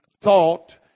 thought